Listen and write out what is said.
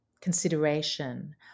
consideration